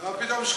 מה פתאום שקיפות?